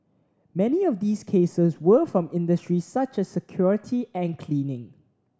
many of these cases were from industries such as security and cleaning